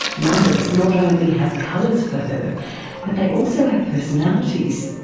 numbers not only have colours for her but they also have personalities,